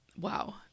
wow